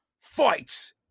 Fight